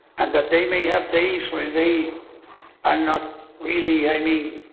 and that they may have days when they are not really, i mean,